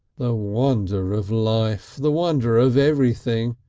the wonder of life! the wonder of everything!